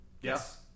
Yes